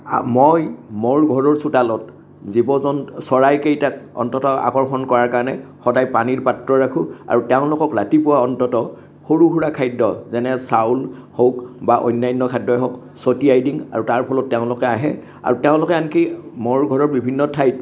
মই মোৰো ঘৰৰ চোতালত জীৱ জন চৰাইকেইটাক অন্ততঃ আকৰ্ষণ কৰাৰ কাৰণে সদায় পানীৰ পাত্ৰ ৰাখোঁ আৰু তেওঁলোকক ৰাতিপুৱা অন্ততঃ সৰু সুৰা খাদ্য যেনে চাউল হওক বা অন্যান্য খাদ্যই হওক চতিয়াই দিওঁ আৰু তাৰফলত তেওঁলোকে আহে আৰু তেওঁলোকে আনকি মোৰ ঘৰৰ বিভিন্ন ঠাইত